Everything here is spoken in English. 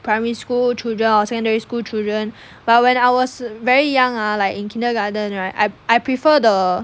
primary school children or secondary school children but when I was very young ah I like in kindergarten right I I prefer the